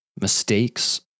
mistakes